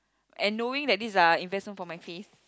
and knowing that these are investment for my face